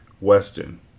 Weston